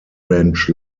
ranch